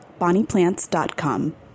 BonniePlants.com